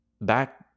back